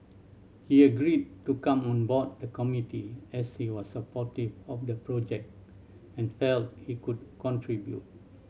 he agreed to come on board the committee as he was supportive of the project and felt he could contribute